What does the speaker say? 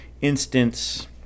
instance